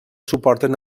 suporten